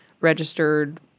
registered